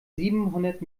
siebenhundert